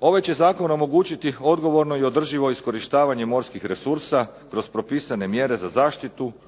Ovaj će zakon omogućiti odgovorno i održivo iskorištavanje morskih resursa kroz propisane mjere za zaštitu,